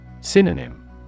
Synonym